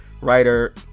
Writer